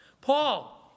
Paul